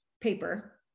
paper